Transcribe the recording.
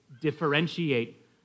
differentiate